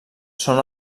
són